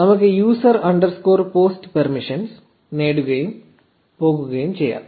നമുക്ക് user underscore post permissions ഉപയോക്താവ് underscore post അനുമതികൾ നേടുകയും പോകുകയും ചെയ്യാം